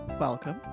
Welcome